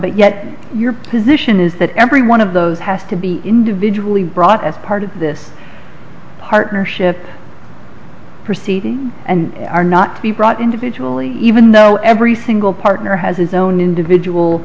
but yet your position is that every one of those has to be individually brought as part of this partnership perceive and are not to be brought individual even though everything will partner has its own individual